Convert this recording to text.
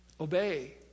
Obey